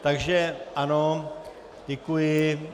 Takže ano, děkuji.